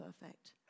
perfect